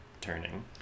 turning